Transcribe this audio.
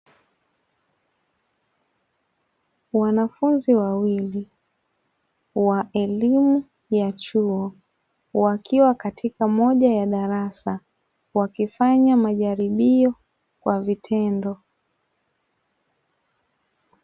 Wanafunzi wawili wa elimu ya chuo, wakiwa katika moja ya darasa wakifanya majaribio kwa vitendo.